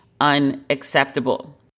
unacceptable